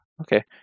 okay